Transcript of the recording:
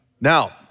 Now